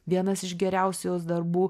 vienas iš geriausių jos darbų